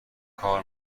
کار